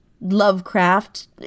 Lovecraft